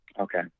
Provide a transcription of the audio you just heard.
okay